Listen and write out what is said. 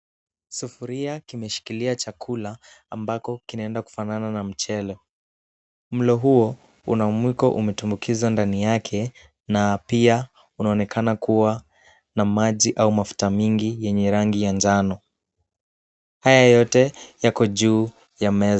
Sufuria kimeshikilia chakula ambacho kinaenda kufanana na mchele. Mlo huo una mwiko umetumbukizwa ndani yake na pia unaonekana kuwa na maji au mafuta mengi yenye rangi ya njano. Haya yote yako juu ya meza.